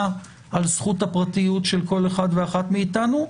על זכות הפרטיות של כל אחד ואחת מאיתנו,